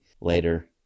later